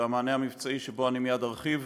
והמענה המבצעי שבו אני מייד ארחיב,